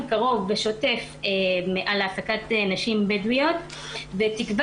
קרוב ושוטף על העסקת נשים בדואיות ותקבע